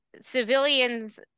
civilians